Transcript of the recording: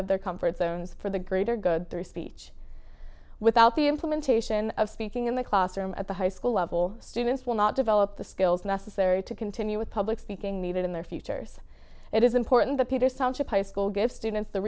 of their comfort zones for the greater good through speech without the implementation of speaking in the classroom at the high school level students will not develop the skills necessary to continue with public speaking needed in their futures it is important that peterson high school give students the